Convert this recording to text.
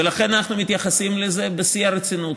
ולכן אנחנו מתייחסים לזה בשיא הרצינות.